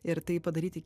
ir tai padaryti